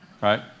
Right